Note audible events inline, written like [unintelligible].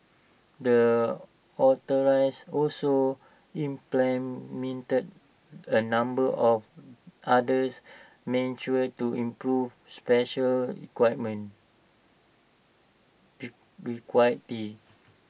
the authorites also implemented A number of others measures to improve special equipment [unintelligible] equity